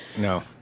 No